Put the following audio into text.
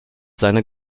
seine